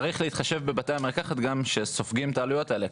צריך להתחשב גם בבתי המרקחת שסופגים את העלויות האלה,